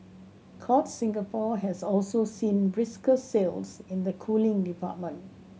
courts Singapore has also seen brisker sales in the cooling department